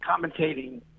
commentating